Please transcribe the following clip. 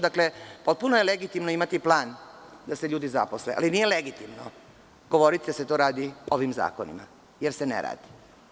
Dakle, potpuno je legitimno imati plan da se ljudi zaposle, ali nije legitimno govoriti da se to radi ovim zakonima, jer se ne radi.